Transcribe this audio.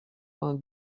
vingt